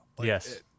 Yes